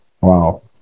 wow